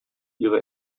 ihre